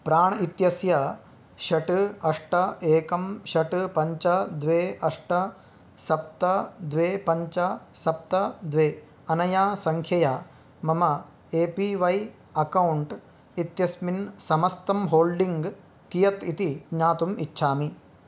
प्राण् इत्यस्य षट् अष्ट एकं षट् पञ्च द्वे अष्ट सप्त द्वे पञ्च सप्त द्वे अनया सङ्ख्यया मम ए पी वै अकौण्ट् इत्यस्मिन् समस्तं होल्डिङ्ग् कियत् इति ज्ञातुम् इच्छामि